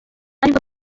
aribwo